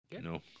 No